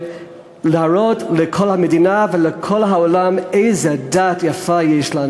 להראות לכל המדינה ולכל העולם איזו דת יפה יש לנו,